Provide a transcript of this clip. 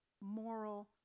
moral